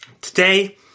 Today